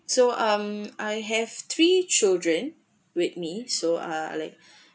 so um I have three children with me so uh I'd like